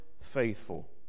faithful